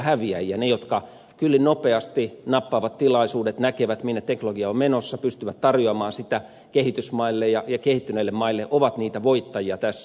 ne jotka kyllin nopeasti nappaavat tilaisuudet näkevät minne teknologia on menossa pystyvät tarjoamaan sitä kehitysmaille ja kehittyneille maille ovat niitä voittajia tässä